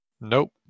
Nope